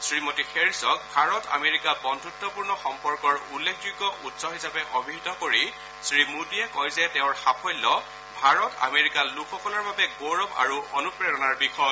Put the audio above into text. শ্ৰীমতী হেৰিচক ভাৰত আমেৰিকা বন্ধুত্পূৰ্ণ সম্পৰ্কৰ উল্লেখযোগ্য উৎস হিচাপে অভিহিত কৰি শ্ৰীমোডীয়ে কয় যে তেওঁৰ সাফল্য ভাৰত আমেৰিকা লোকসকলৰ বাবে গৌৰৱ আৰু অনুপ্ৰেৰণাৰ বিষয়